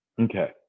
Okay